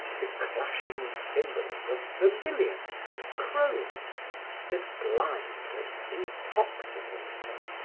the clashing cymbals of vermilions and chromes that blind and intoxicate them.